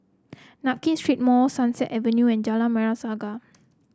Nankin Street Mall Sunset Avenue and Jalan Merah Saga